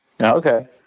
Okay